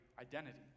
identity